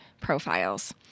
profiles